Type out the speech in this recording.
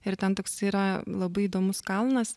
ir ten toks yra labai įdomus kalnas